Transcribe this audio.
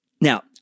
Now